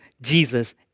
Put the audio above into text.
Jesus